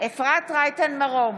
אפרת רייטן מרום,